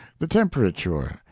the temperature,